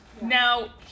now